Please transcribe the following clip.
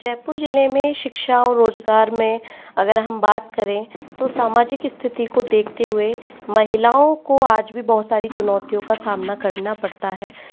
जयपुर ज़िले में शिक्षा और रोजगार में अगर हम बात करें तो सामाजिक स्थिति को देखते हुए महिलाओं को आज भी बहुत सारी चुनौतियों का सामना करना पड़ता है